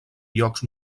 llocs